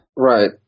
Right